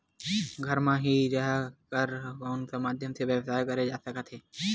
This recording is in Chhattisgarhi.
घर म हि रह कर कोन माध्यम से व्यवसाय करे जा सकत हे?